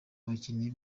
abakinnyi